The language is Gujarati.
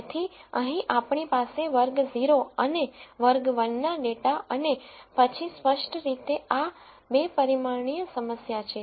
તેથી અહીં આપણી પાસે વર્ગ 0 અને વર્ગ 1 ના ડેટા અને પછી સ્પષ્ટ રીતે આ 2 પરિમાણીય સમસ્યા છે